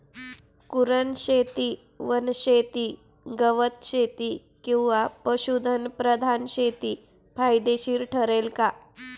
कुरणशेती, वनशेती, गवतशेती किंवा पशुधन प्रधान शेती फायदेशीर ठरते का?